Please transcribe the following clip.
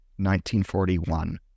1941